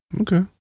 Okay